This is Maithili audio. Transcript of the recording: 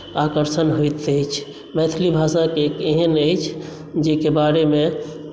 आकर्षण होइत अछि मैथिली भाषा एक एहन अछि जाहिके बारेमे